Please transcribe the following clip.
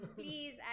please